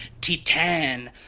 Titan